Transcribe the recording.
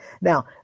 Now